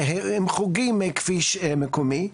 שהם חורגים מכביש מקומי.